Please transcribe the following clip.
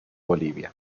bolivia